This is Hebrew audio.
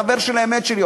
חבר אמת שלי,